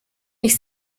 ich